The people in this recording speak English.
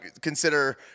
consider